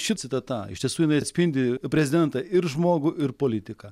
ši citata iš tiesų jinai atspindi prezidentą ir žmogų ir politiką